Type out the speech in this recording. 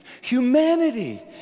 Humanity